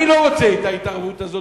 אני לא רוצה את ההירתמות הזאת,